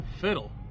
Fiddle